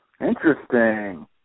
Interesting